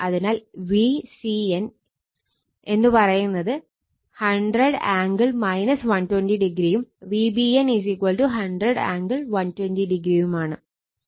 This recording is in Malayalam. അതിനാൽ VCN is 100 ആംഗിൾ 120o യും VBN 100 ആംഗിൾ 120o യും ആണ്